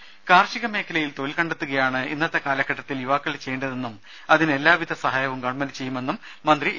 രാമ കാർഷിക മേഖലയിൽ തൊഴിൽ കണ്ടെത്തുകയാണ് ഇന്നത്തെ കാലഘട്ടത്തിൽ യുവാക്കൾ ചെയ്യേണ്ടതെന്നും അതിന് എല്ലാവിധ സഹായവും ഗവൺമെന്റ് ചെയ്യുമെന്നും മന്ത്രി എ